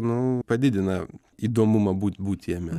nu padidina įdomumą būt būt jame